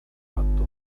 fatto